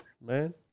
man